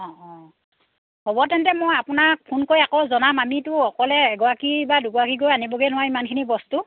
অঁ অঁ হ'ব তেন্তে মই আপোনাক ফোন কৰি আকৌ জনাম আমিতো অকলে এগৰাকী বা দুগৰাকী গৈ আনিবগৈ নোৱাৰোঁ ইমানখিনি বস্তু